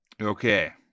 Okay